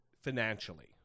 financially